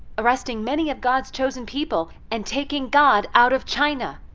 arresting many of god's chosen people and taking god out of china.